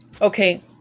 Okay